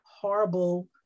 horrible